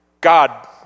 God